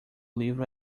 livro